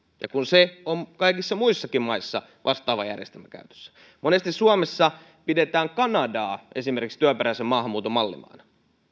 ja kun siinä on kaikissa muissakin maissa vastaava järjestelmä käytössä monesti suomessa pidetään kanadaa esimerkiksi työperäisen maahanmuuton mallimaana